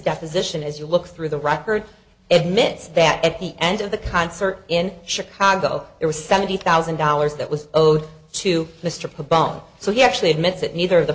deposition as you look through the records admits that at the end of the concert in chicago it was seventy thousand dollars that was owed to mr bob so he actually admits that neither of the